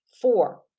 Four